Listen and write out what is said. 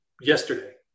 yesterday